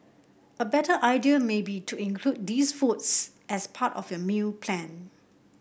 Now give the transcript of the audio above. a better idea may be to include these foods as part of your meal plan